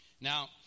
Now